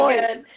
good